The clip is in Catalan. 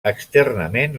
externament